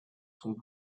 sont